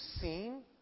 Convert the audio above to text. seen